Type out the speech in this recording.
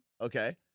Okay